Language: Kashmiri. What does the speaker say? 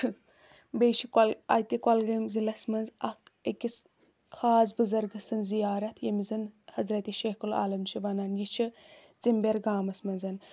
بیٚیہِ چھِ کۄل اَتہِ کۄلگٲمۍ ضلعس منٛز اکھ أکِس خاص بُزرگہٕ سٕنٛز زیارت ییٚمِس زَن حضرتِ شیخ العالم چھِ وَنان یہِ چھِ ژِمبیٚر گامَس منٛز